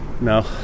No